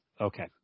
Okay